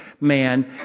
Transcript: man